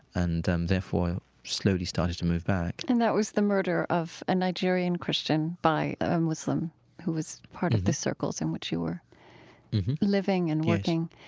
and um therefore slowly started to move back and that was the murder of a nigerian christian by a muslim who was part of the circles in which you were living and working?